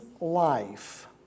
life